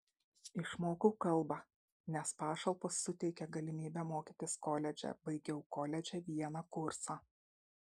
išmokau kalbą nes pašalpos suteikia galimybę mokytis koledže baigiau koledže vieną kursą